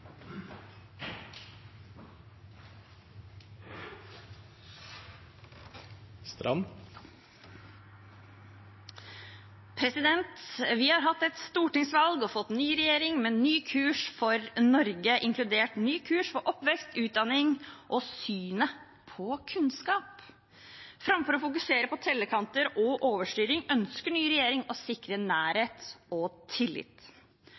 fått ny regjering med ny kurs for Norge, inkludert ny kurs for oppvekst, utdanning og synet på kunnskap. Framfor å fokusere på tellekanter og overstyring ønsker ny regjering å sikre nærhet og tillit.